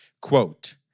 Quote